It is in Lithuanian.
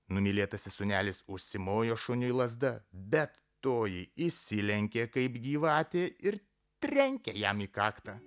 numylėtasis sūnelis užsimojo šuniui lazda bet toji įsilenkė kaip gyvatė ir trenkė jam į kaktą